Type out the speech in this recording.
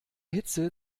hitze